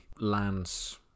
lands